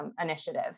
initiative